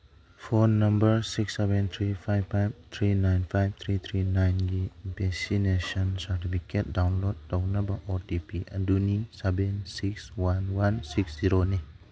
phone number six seven three five three nine five three three ꯅꯥꯏꯟꯒꯤ vaccination certificate download ꯇꯧꯅꯕ O T P ꯑꯗꯨꯅꯤ seven six one one six ꯖꯤꯔꯣꯅꯤ